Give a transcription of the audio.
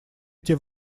эти